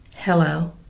Hello